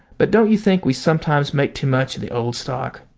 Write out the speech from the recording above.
but don't you think we sometimes make too much of the old stock?